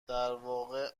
درواقع